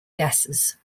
gases